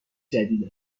جدید